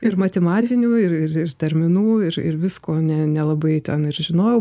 ir matematinių ir ir terminų ir ir visko ne nelabai ten ir žinojau